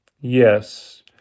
yes